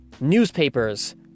newspapers